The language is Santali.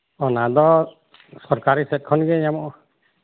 ᱚᱱᱟ ᱫᱚ ᱥᱚᱨᱠᱟᱨᱤ ᱥᱮᱫ ᱠᱷᱚᱱ ᱜᱮ ᱧᱟᱢᱚᱜᱼᱟ